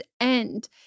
end